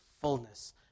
fullness